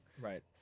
Right